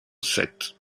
sept